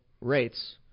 rates